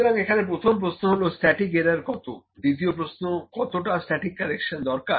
সুতরাং এখানে প্রথম প্রশ্ন হল স্ট্যাটিক এরর কত দ্বিতীয় প্রশ্ন কতটা স্ট্যাটিক কারেকশন দরকার